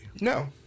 No